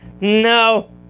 No